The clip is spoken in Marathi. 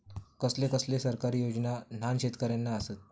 कसले कसले सरकारी योजना न्हान शेतकऱ्यांना आसत?